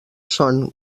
són